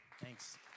Thanks